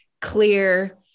clear